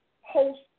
host